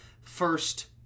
first